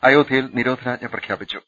അയോധ്യയിൽ നിരോധനാജ്ഞ പ്രഖ്യാപിച്ചു